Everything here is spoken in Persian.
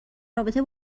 رابطه